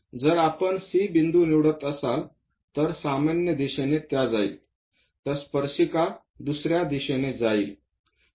जर आपण C बिंदू निवडत असाल तर सामान्य दिशेने त्या जाईल तर स्पर्शिका दुसर्या दिशेने जाईल